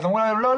אז אמרו להם: לא,